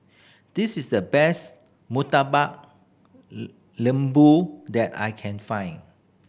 this is the best Murtabak Lembu that I can find